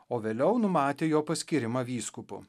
o vėliau numatė jo paskyrimą vyskupu